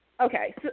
okay